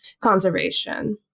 conservation